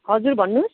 हजुर भन्नुहोस्